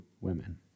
women